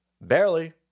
Barely